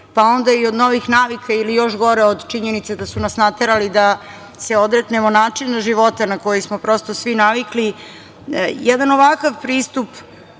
pa onda i od novih navika ili još gore od činjenice da su nas naterali da se odreknemo načina života na koji smo prosto svi navikli. Jedan ovakav pristup